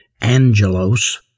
angelos